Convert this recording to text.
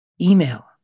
email